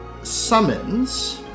Summons